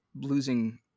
losing